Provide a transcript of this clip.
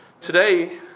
today